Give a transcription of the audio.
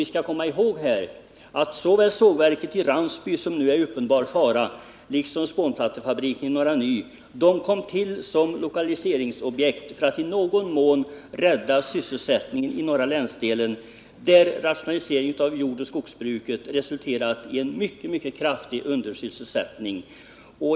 Vi skall komma ihåg att såväl sågverket i Ransby, som nu är i uppenbar fara, som spånplattefabriken i Norra Ny kom till som lokaliseringsobjekt för att i någon mån rädda sysselsättningen i den norra länsdelen, där rationaliseringen av jordoch skogsbruket resulterat i en mycket kraftig undersysselsättning.